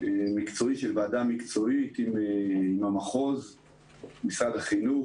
מקצועי של ועדה מקצועית עם המחוז של משרד החינוך.